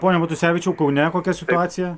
pone matusevičiau kaune kokia situacija